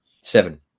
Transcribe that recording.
Seven